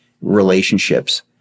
relationships